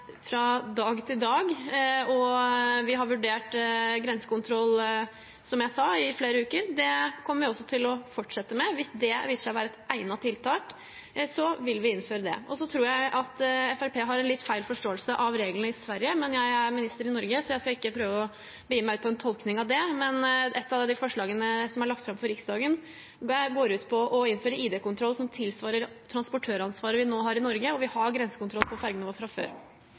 fra dag til dag, og vi har vurdert grensekontroll, som jeg sa, i flere uker. Det kommer vi også til å fortsette med. Hvis det viser seg å være et egnet tiltak, vil vi innføre det. Jeg tror at Fremskrittspartiet har en litt feil forståelse av reglene i Sverige. Jeg er minister i Norge, så jeg skal ikke prøve å begi meg ut på en tolkning av det, men et av de forslagene som er lagt fram for Riksdagen, går ut på å innføre ID-kontroll som tilsvarer transportøransvaret som vi nå har i Norge. Vi har grensekontroll på fergene våre fra før.